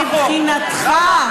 מבחינתך.